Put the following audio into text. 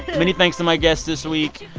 many thanks to my guests this week,